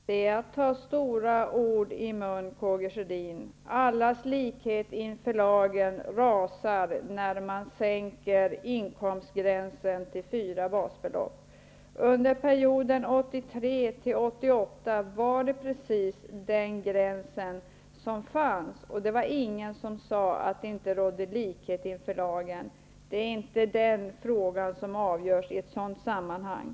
Herr talman! Karl Gustaf Sjödin tar stora ord i sin mun när han säger att allas likhet inför lagen rasar när inkomstgränsen sänks till fyra basbelopp. Under perioden 1983--1988 var det just denna gräns som man hade. Det var då ingen som sade att det inte rådde likhet inför lagen. Det är inte den frågan som avgörs i ett sådant sammanhang.